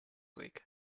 week